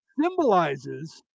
symbolizes